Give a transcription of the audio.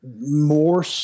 more